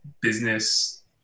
business